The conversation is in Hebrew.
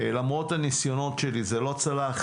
למרות הניסיונות שלי זה לא צלח,